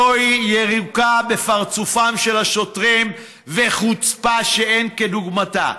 זוהי יריקה בפרצופם של השוטרים וחוצפה שאין כדוגמתה.